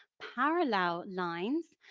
parallel lines